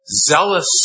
zealous